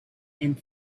and